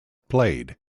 played